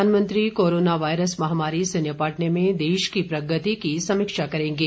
प्रधानमंत्री corona virus महामारी से निपटने में देश की प्रगति की समीक्षा करेंगे